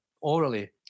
orally